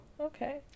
okay